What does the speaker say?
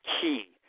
key